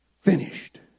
Finished